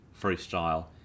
freestyle